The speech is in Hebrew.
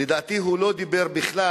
לדעתי הוא לא דיבר בכלל